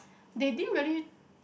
they didn't really